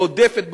או עודפת,